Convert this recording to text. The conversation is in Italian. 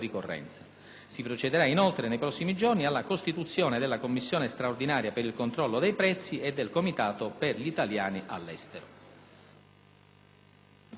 Si procederà inoltre nei prossimi giorni alla costituzione della Commissione straordinaria per il controllo dei prezzi e del Comitato per gli italiani all'estero.